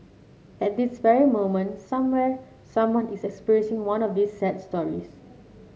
at this very moment somewhere someone is experiencing one of these sad stories